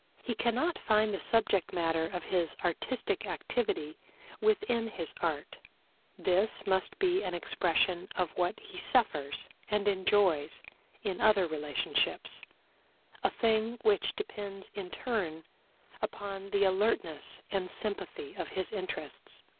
he cannot find the subject matter of his artistic activity within his art this must be an expression of what he suffers and enjoys in other relationships a thing which depends in turn upon the alertness and sympathy of his interests.